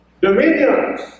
dominions